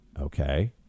Okay